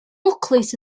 mwclis